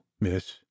miss